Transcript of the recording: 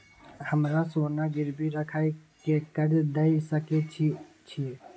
हमरा सोना गिरवी रखय के कर्ज दै सकै छिए?